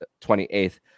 28th